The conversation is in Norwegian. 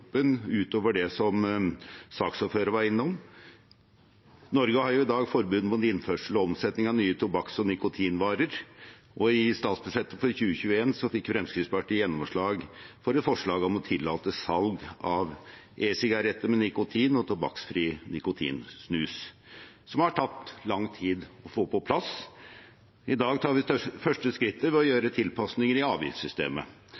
utover det som saksordføreren var innom. Norge har i dag forbud mot innførsel og omsetning av nye tobakks- og nikotinvarer, og i statsbudsjettet for 2021 fikk Fremskrittspartiet gjennomslag for et forslag om å tillate salg av e-sigaretter med nikotin og tobakksfri nikotinsnus. Dette har tatt lang tid å få på plass. I dag tar vi første skrittet ved å